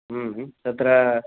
ह्म् ह्म् तत्र